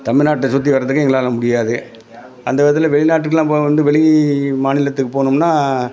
தமிழ்நாட்டை சுற்றி வர்றதுக்கே எங்களால் முடியாது அந்த விதத்தில் வெளிநாட்டுக்கெல்லாம் போக வந்து வெளி மாநிலத்துக்குப் போகணும்னா